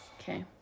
Okay